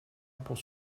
pour